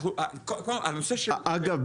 אגב,